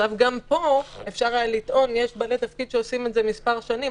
גם פה אפשר היה לטעון שיש בעלי תפקיד שעושים את זה מספר שנים,